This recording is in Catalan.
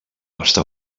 està